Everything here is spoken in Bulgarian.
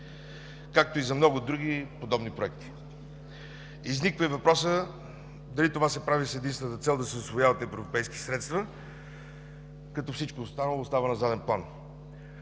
както и за много други подобни проекти. Изниква и въпроса: дали това се прави с единствената цел да се усвояват европейски средства, като всичко останало остава на заден план?